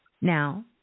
Now